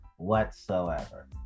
whatsoever